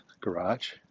garage